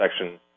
section